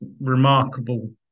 remarkable